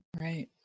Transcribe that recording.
right